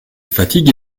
fatigue